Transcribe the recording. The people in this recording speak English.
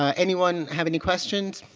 um anyone have any questions?